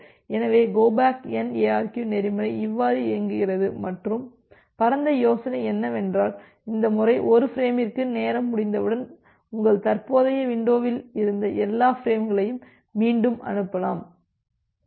எனவே go back N ARQ நெறிமுறை இவ்வாறு இயங்குகிறது மற்றும் பரந்த யோசனை என்னவென்றால் இந்த முறை 1 ஃபிரேமிற்கு நேரம் முடிந்தவுடன் உங்கள் தற்போதைய விண்டோவில் இருந்த எல்லா பிரேம்களையும் மீண்டும் அனுப்பலாம்